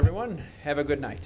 everyone have a good night